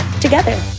together